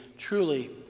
Truly